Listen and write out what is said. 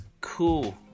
cool